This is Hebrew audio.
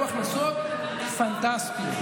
היו הכנסות פנטסטיות,